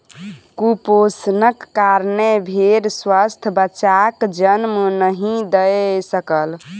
कुपोषणक कारणेँ भेड़ स्वस्थ बच्चाक जन्म नहीं दय सकल